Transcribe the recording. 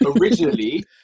originally